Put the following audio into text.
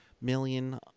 million